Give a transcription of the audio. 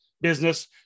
business